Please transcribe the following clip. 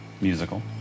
Musical